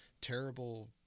terrible